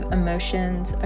emotions